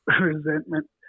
resentment